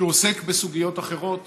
כשהוא עוסק בסוגיות אחרות